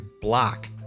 block